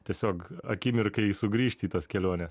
tiesiog akimirkai sugrįžti į tas keliones